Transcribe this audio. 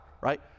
right